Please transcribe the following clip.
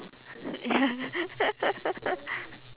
ya